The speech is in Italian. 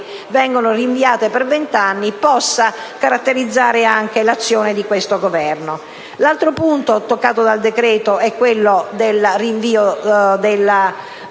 vengono rinviate per vent'anni - possa essere trascurato anche nell'azione di questo Governo. L'altro punto toccato dal decreto è quello del rinvio dell'aumento